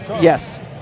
Yes